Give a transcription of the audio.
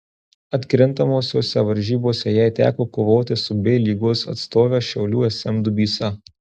atkrintamosiose varžybose jai teko kovoti su b lygos atstove šiaulių sm dubysa